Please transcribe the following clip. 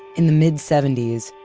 in the mid seventy s,